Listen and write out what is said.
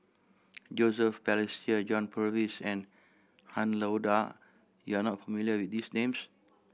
Joseph Balestier John Purvis and Han Lao Da you are not familiar with these names